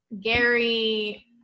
Gary